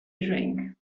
drink